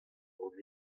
hon